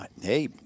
Hey